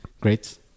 Great